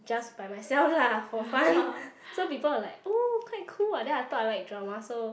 just by myself lah for fun so people were like oh quite cool what then I thought I like drama so